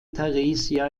theresia